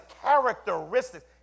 characteristics